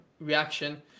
reaction